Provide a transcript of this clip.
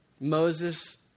Moses